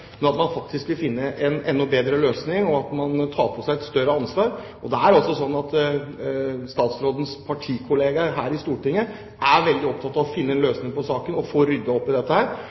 at man faktisk vil finne en enda bedre løsning, og at man tar på seg et større ansvar. Det er også sånn at statsrådens partikollegaer her i Stortinget er veldig opptatt av å finne en løsning på saken og få ryddet opp i dette.